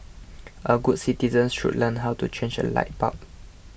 all good citizens should learn how to change a light bulb